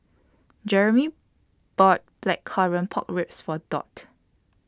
Jeramy bought Blackcurrant Pork Ribs For Dot